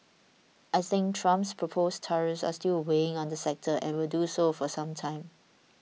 I think Trump's proposed tariffs are still weighing on the sector and will do so for some time